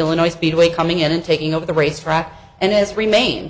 illinois speedway coming in and taking over the racetrack and this remains